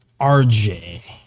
RJ